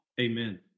Amen